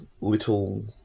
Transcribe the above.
little